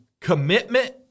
commitment